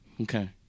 Okay